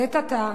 לעת עתה,